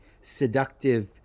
seductive